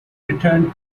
returned